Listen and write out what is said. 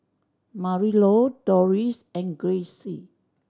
Marilou Dorris and Grayce